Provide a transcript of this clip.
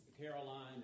Caroline